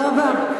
תודה רבה.